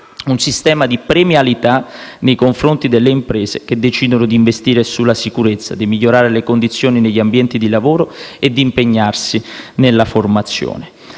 un sistema di premialità nei confronti delle imprese che decidono di investire sulla sicurezza, di migliorare le condizioni degli ambienti di lavoro e di impegnarsi nella formazione.